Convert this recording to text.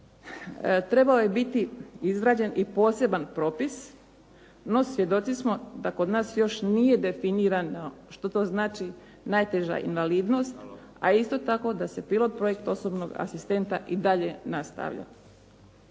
Trebalo je biti izrađen i poseban propis, no svjedoci smo da kod nas još nije definirano što to znači najteža invalidnost, a isto tako da se pilot projekt osobnog asistenta i dalje nastavlja.